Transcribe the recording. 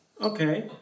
Okay